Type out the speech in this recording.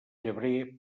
llebrer